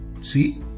see